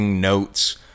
notes